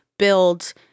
Build